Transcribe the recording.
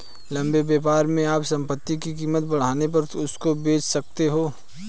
लंबे व्यापार में आप संपत्ति की कीमत बढ़ने पर उसको बेच सकते हो